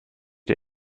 der